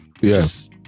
yes